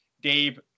Dave